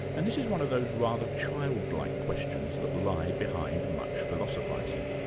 and this is one of those rather child like questions that lie behind much philosophising.